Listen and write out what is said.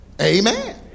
Amen